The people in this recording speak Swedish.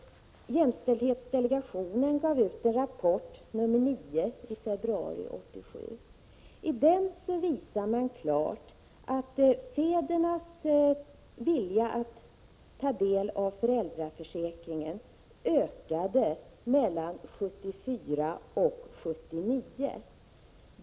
Jämställdhetsdelegationen gav i februari 1987 ut sin rapport nr 9. I denna visar man klart att fädernas vilja att utnyttja föräldraförsäkringen ökade mellan åren 1974 och 1979.